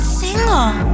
single